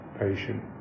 patient